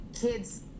kids